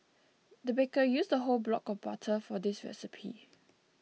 the baker used a whole block of butter for this recipe